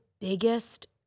biggest